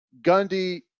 Gundy